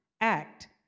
act